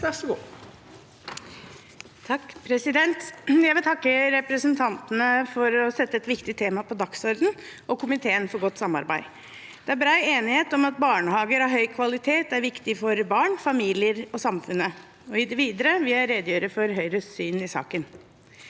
sa- ken): Jeg vil takke representantene for å sette et viktig tema på dagsordenen, og komiteen for godt samarbeid. Det er bred enighet om at barnehager av høy kvalitet er viktig for barn, familier og samfunnet. I det videre vil jeg redegjøre for Høyres syn i saken.